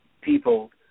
people